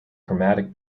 chromatic